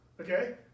okay